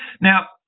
Now